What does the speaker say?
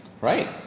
Right